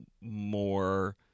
more